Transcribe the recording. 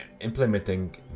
implementing